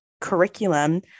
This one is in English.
curriculum